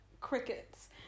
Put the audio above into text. crickets